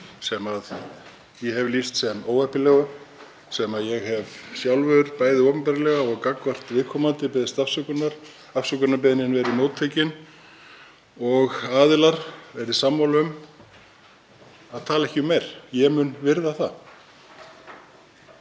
sem ég hef lýst sem óheppilegu, sem ég hef sjálfur, bæði opinberlega og gagnvart viðkomandi, beðist afsökunar á, afsökunarbeiðnin móttekin og aðilar verið sammála um að tala ekki um meir. Ég mun virða það.